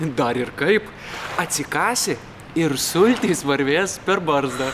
dar ir kaip atsikasi ir sultys varvės per barzdą